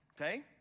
okay